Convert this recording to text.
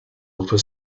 upper